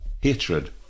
hatred